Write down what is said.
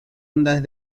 ondas